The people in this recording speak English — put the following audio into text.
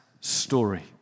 story